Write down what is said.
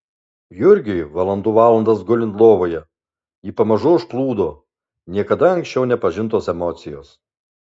jurgiui valandų valandas gulint lovoje jį pamažu užplūdo niekada anksčiau nepažintos emocijos